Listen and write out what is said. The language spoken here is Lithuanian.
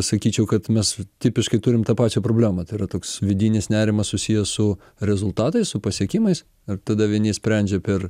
sakyčiau kad mes tipiškai turim tą pačią problemą tai yra toks vidinis nerimas susijęs su rezultatais su pasiekimais ir tada vieni sprendžia per